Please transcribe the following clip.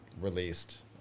released